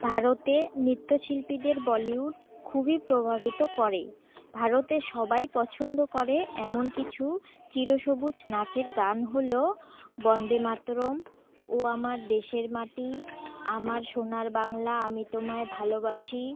ভারতে নৃত্যশিল্পীদের বলিউড খুবই প্রভাবিত করে ভারতে সবাই পছন্দ করে এমন কিছু চিরসবুজ নাচের গান হল বন্দে মাতরম ও আমার দেশের মাটি আমার সোনার বাংলা আমি তোমায় ভালোবাসি